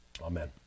Amen